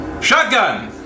Shotgun